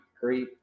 great